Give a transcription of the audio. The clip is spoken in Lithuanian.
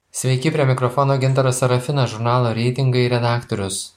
sveiki prie mikrofono gintaras serafinas žurnalo reitingai redaktorius